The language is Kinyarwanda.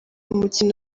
umukino